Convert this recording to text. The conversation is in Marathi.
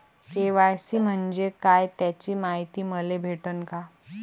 के.वाय.सी म्हंजे काय त्याची मायती मले भेटन का?